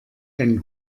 einen